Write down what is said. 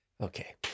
Okay